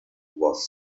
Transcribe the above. was